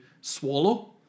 swallow